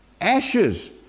Ashes